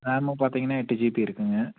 ரேமும் பார்த்திங்கன்னா எட்டு ஜிபி இருக்குங்க